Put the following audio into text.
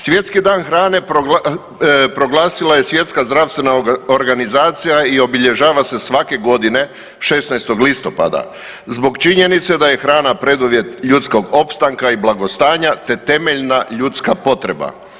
Svjetski dan hrane proglasila je Svjetska zdravstvena organizacija i obilježava se svake godine 16. listopada zbog činjenice da je hrana preduvjet ljudskog opstanka i blagostanja te temeljna ljudska potreba.